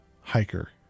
hiker